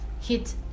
hit